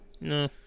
No